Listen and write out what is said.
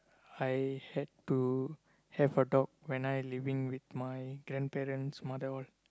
I had to have a dog when I living with my grandparents mother all